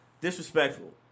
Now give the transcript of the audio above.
Disrespectful